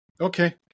Okay